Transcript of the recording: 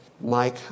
Mike